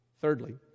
Thirdly